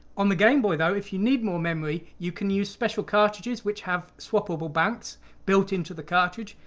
on the gameboy though, if you need more memory you can use special cartridges which have swappable banks built into the cartridge.